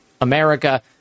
America